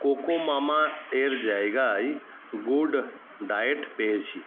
কোকোমামায়ের জায়গায় good diet পেয়েছি